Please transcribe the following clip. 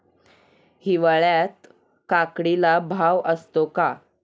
हिवाळ्यात काकडीला भाव असतो का?